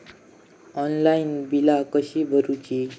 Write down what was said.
Online बिला कशी भरूची?